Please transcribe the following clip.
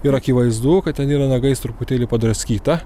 ir akivaizdu kad ten yra nagais truputėlį padraskyta